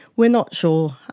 we're not sure.